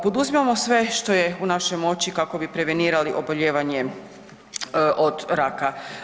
Poduzimamo sve što je u našoj moći kako bi prevenirali obolijevanje od raka.